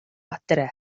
adre